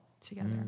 together